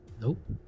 Nope